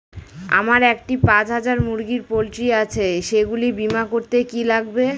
আমার একটি পাঁচ হাজার মুরগির পোলট্রি আছে সেগুলি বীমা করতে কি লাগবে?